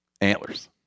antlers